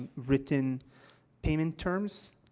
written payment terms.